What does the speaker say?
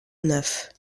neuf